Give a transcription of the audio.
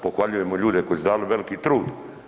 Pohvaljujemo ljude koji su dali veliki trud.